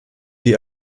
die